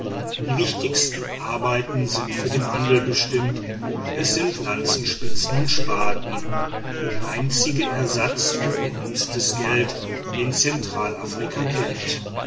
die wichtigsten arbeiten sind für den handel bestimmt es sind lanzenspitzen und spaten der einzige ersatz für gemünztes geld den zentralafrika kennt